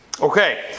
Okay